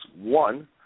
One